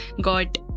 got